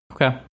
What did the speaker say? Okay